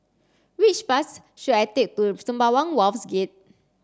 which bus should I take to Sembawang Wharves Gate